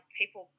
people